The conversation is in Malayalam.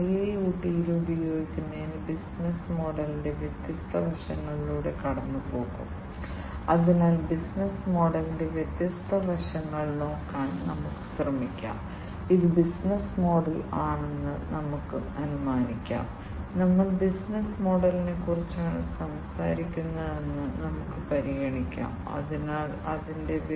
വ്യവസായത്തിൽ ഉപയോഗിക്കുന്ന ഈ സെൻസറുകൾ ഉയർന്ന തോതിലുള്ള ഓട്ടോമേഷൻ പ്രോത്സാഹിപ്പിക്കുന്നതിനും ഉൽപ്പാദനക്ഷമത വർദ്ധിപ്പിക്കുന്നതിനും ഈ വ്യത്യസ്ത ഉൽപ്പന്നങ്ങളുടെ ഗുണനിലവാരം മെച്ചപ്പെടുത്തുന്നതിനും നിർമ്മാണത്തിന് ഉപയോഗിക്കുന്ന പ്രക്രിയകളുടെ ഗുണനിലവാരം മൊത്തത്തിലുള്ള സുരക്ഷ മെച്ചപ്പെടുത്തുന്നതിനും പ്രവർത്തനരഹിതമായ സമയം കുറയ്ക്കുന്നതിനും സഹായിക്കും യന്ത്രസാമഗ്രികൾ